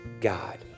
God